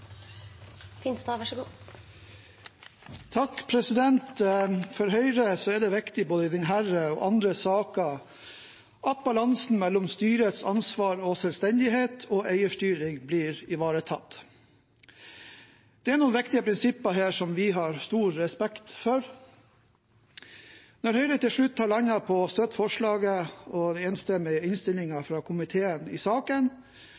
det viktig i både denne og andre saker at balansen mellom styrets ansvar og selvstendighet og eierstyring blir ivaretatt. Det er noen viktige prinsipper her som vi har stor respekt for. Når Høyre til slutt har landet på å støtte forslaget og den enstemmige innstillingen fra komiteen i saken,